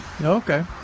Okay